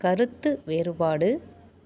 கருத்து வேறுபாடு